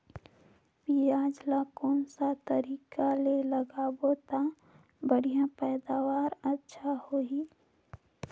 पियाज ला कोन सा तरीका ले लगाबो ता बढ़िया पैदावार अच्छा होही?